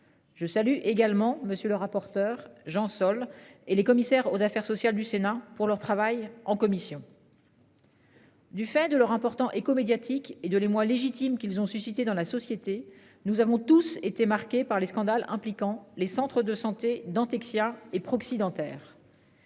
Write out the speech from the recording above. Je salue également monsieur le rapporteur Jean Sol et les commissaires aux affaires sociales du Sénat pour leur travail en commission. Du fait de leur important écho médiatique et de l'émoi légitime qu'ils ont suscitée dans la société, nous avons tous été marqués par les scandales impliquant les centres de santé Dentexia et proxy dentaires.